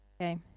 Okay